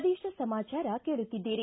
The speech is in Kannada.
ಪ್ರದೇಶ ಸಮಾಚಾರ ಕೇಳುತ್ತಿದ್ದೀರಿ